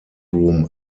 room